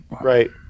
Right